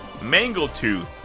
Mangletooth